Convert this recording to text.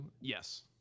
Yes